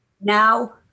Now